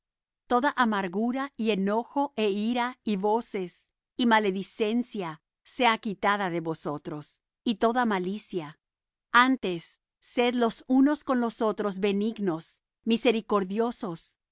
toda amargura y enojó é ira y voces y maledicencia sea quitada de vosotros y toda malicia antes sed los unos con los otros benignos misericordiosos